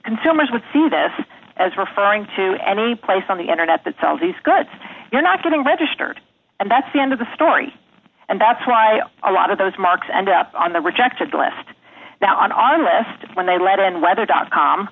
consumers would see this as referring to any place on the internet that sells these goods you're not getting registered and that's the end of the story and that's why a lot of those marks end up on the rejected list now on our list when they read in weather dot com